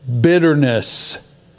bitterness